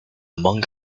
monk